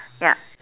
ya